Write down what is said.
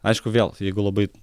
aišku vėl jeigu labai